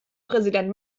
präsident